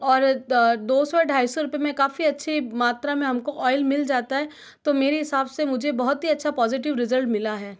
और दो सौ ढाई सौ रुपये में काफ़ी अच्छी मात्र में हमको ऑइल मिल जाता है तो मेरे हिसाब से मुझे बहुत ही अच्छा पाज़िटिव रिज़ल्ट मिला है